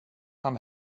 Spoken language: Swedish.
han